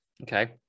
Okay